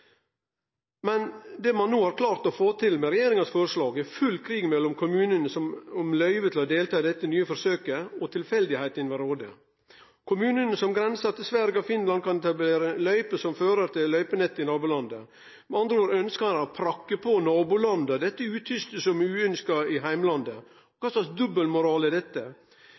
Det ein no har klart å få til med regjeringa sitt forslag er full krig mellom kommunane om løyve til å delta i dette nye forsøket. Tilfeldigheitene vil rå. Kommunane som grensar til Sverige og Finland kan etablere løyper som fører til løypenettet i nabolandet. Med andre ord ønskjer ein å prakke på nabolanda dette utysket som er uønskt i heimlandet. Kva slags dobbeltmoral er dette?